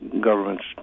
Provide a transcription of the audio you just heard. governments